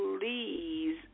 Please